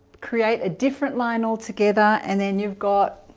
create a different line altogether and then you've got